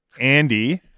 Andy